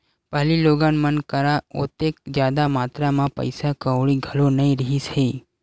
पहिली लोगन मन करा ओतेक जादा मातरा म पइसा कउड़ी घलो नइ रिहिस हे